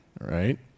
right